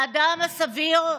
האדם הסביר,